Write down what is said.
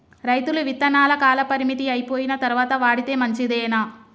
రైతులు విత్తనాల కాలపరిమితి అయిపోయిన తరువాత వాడితే మంచిదేనా?